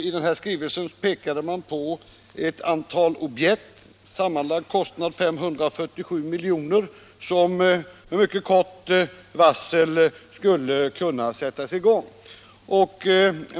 I den skrivelsen pekade man på ett antal objekt med en sammanlagd kostnad av 547 milj.kr. som med mycket kort varsel skulle kunna sättas i gång.